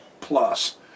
plus